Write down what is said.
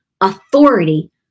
authority